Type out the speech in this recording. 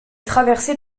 traversée